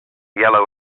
yellow